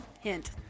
Hint